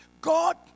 God